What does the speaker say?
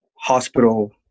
hospital